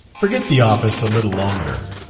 forget the office a little longer.